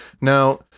Now